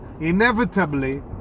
inevitably